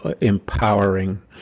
empowering